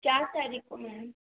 चार तरीक को मैम